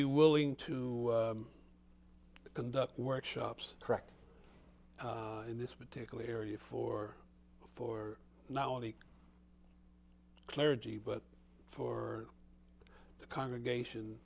be willing to conduct workshops correct in this particular area for for now the clergy but for the congregation